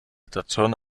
situation